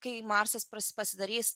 kai marsas pasidarys